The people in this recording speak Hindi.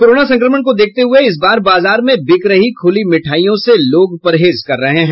कोरोना संक्रमण को देखते हुये इस बार बाजार में बिक रही खुली मिठाईयों से लोग परहेज कर रहे हैं